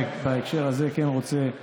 בהקשר הזה אני כן רוצה לברך,